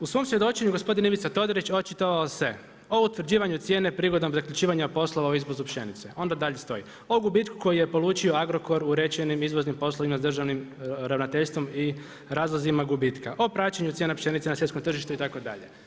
U svom svjedočenju gospodin Ivica Todorić očitova se o utvrđivanje cijene prigodom zaključivanja poslova o izvozu pšenice, onda dalje stoji, o gubitku koji je polučio Agrokor u rečenim izvoznim poslovima s državnim ravnateljstvo i razlozima gubitka, o praćenju cijena pšenice na svjetskom tržištu itd.